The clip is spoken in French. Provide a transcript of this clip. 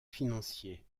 financiers